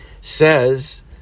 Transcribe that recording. says